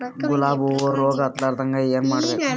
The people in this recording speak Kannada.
ಗುಲಾಬ್ ಹೂವು ರೋಗ ಹತ್ತಲಾರದಂಗ ಏನು ಮಾಡಬೇಕು?